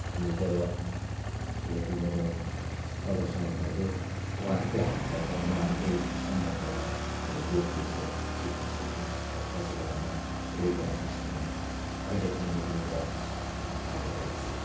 हामी जब भेट हुँदाको तबसम्म मैले उहाँहरूकै हातबाट उहाँहरूकै सङ्गतबाट मैले लोकगीत चाहिँ सिक्नु सकेँ र पछिबाट म रेडियो आर्टिस्टसम्म अहिले पनि म रेडियो आर्टिस्टमा कार्यरत छु